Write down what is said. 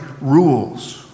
rules